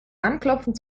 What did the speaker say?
anklopfen